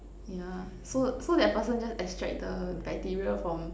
yeah so so that the person just extract the bacteria from